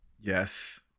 Yes